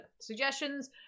suggestions